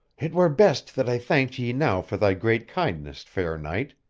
it were best that i thanked ye now for thy great kindness, fair knight,